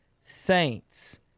Saints